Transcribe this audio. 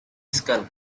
skull